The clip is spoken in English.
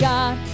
God